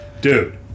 dude